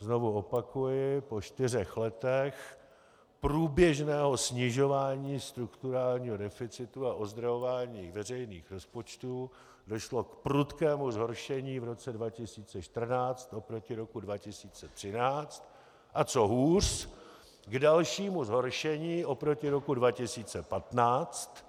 Znovu opakuji, po čtyřech letech průběžného snižování strukturálního deficitu a ozdravování veřejných rozpočtů došlo k prudkému zhoršení v roce 2014 oproti roku 2013, a co hůř, k dalšímu zhoršení oproti roku 2015,